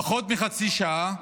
פחות מחצי שעה,